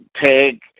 take